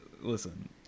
Listen